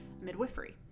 midwifery